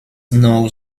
snow